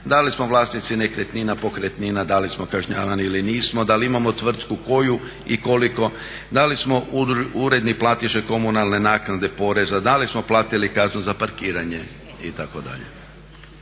da li smo vlasnici nekretnina, pokretnina, da li smo kažnjavani ili nismo, da li imao tvrtku, koju i koliko, da li smo uredni platiše komunalne naknade, poreza, da li smo platili kaznu za parkiranje itd.